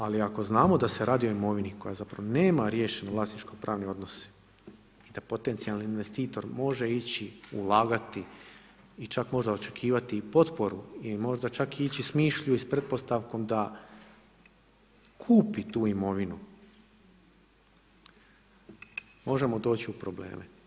Ali, ako znamo da se radi o imovini koja zapravo nema riješenu vlasničko pravni odnos i da potencijalni investitor može ići ulagati ili čak možda i očekivati i potporu ili možda čak ići s mišljom i pretpostavkom da kupi tu imovinu, možemo doći u probleme.